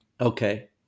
Okay